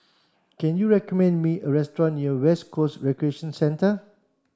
can you recommend me a restaurant near West Coast Recreation Centre